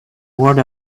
word